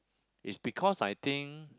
is because I think